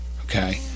okay